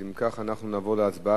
אם כך, אנחנו נעבור להצבעה.